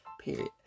period